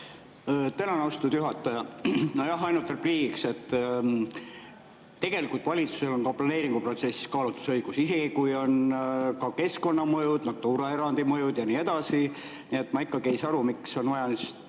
Tänan, austatud juhataja! Ainult repliigiks, et tegelikult valitsusel on ka planeeringuprotsessis kaalutlusõigus, isegi kui on ka keskkonnamõjud, Natura erandi mõjud ja nii edasi. Nii et ma ikkagi ei saa aru, miks on vaja eraldi